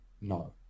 no